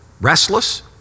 restless